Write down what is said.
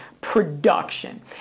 production